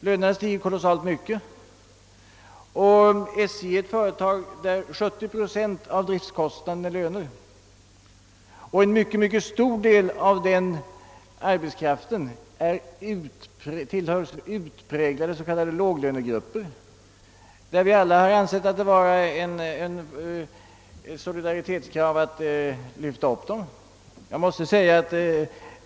Lönerna stiger kolossalt mycket, och SJ är ett företag där 70 procent av driftkostnaden utgörs av löner. En mycket stor del av arbetskraften hos SJ tillhör utpräglade s.k. låglönegrupper, beträffande vilka vi alla har ansett att det är ett solidaritetskrav, att de skall lyftas upp i lönehänseende.